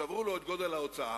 שברו לו את גודל ההוצאה,